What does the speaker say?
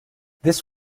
this